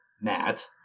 Matt